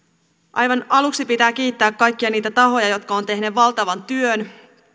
aivan aluksi pitää kiittää kaikkia niitä tahoja jotka ovat tehneet valtavan työn